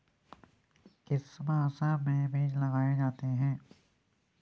किस मौसम में बीज लगाए जाते हैं?